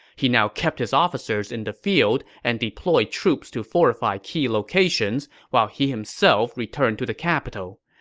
he now kept his officers in the field and deployed troops to fortify key locations, while he himself returned to the capital.